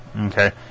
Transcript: Okay